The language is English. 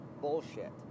bullshit